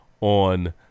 on